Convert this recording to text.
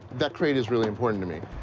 that crate is really important to me.